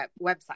website